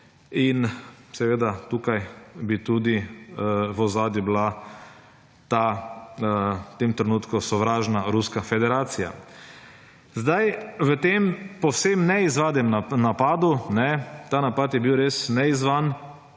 in tukaj bi tudi v ozadju bila ta v tem trenutku sovražna ruska federacija. Zdaj, v tem povsem ne izzvanem napadu, ta napad je bil res ne izzvan,